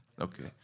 okay